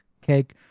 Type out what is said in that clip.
cake